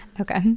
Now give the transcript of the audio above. okay